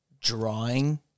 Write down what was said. drawing